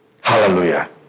Hallelujah